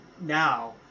now